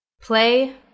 play